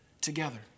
together